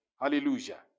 Hallelujah